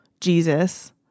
Jesus